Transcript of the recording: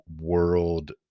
world